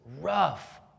rough